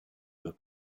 were